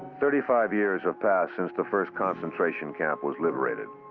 thirty five years have passed since the first concentration camp was liberated.